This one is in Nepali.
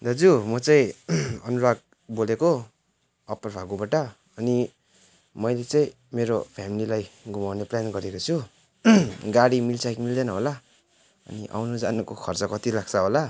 दाजु म चाहिँ अनुराग बोलेको अप्पर भागुबाट अनि मैले चाहिँ मेरो फ्यामिलीलाई घुमाउने प्लान गरेको छु गाडी मिल्छ कि मिल्दैन होला अनि आउनुजानुको खर्च कति लाग्छ होला